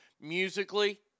musically